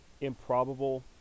improbable